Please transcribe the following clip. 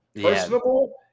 Personable